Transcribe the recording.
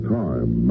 time